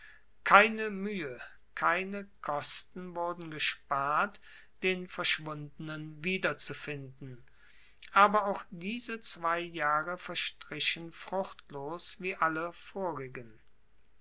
keine mühe keine kosten wurden gespart den verschwundenen wiederzufinden aber auch diese zwei jahre verstrichen fruchtlos wie alle vorigen